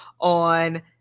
on